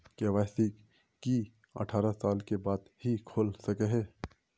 KYC की अठारह साल के बाद ही खोल सके हिये?